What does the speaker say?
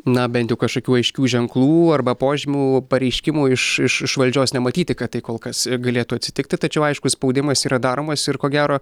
na bent jau kažkokių aiškių ženklų arba požymių pareiškimų iš iš iš valdžios nematyti kad tai kol kas galėtų atsitikti tačiau aiškus spaudimas yra daromas ir ko gero